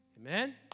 Amen